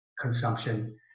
consumption